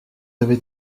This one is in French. avez